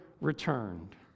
returned